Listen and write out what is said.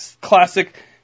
classic